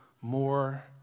more